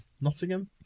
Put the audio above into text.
Nottingham